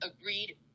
agreed